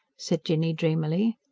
said jinny dreamily.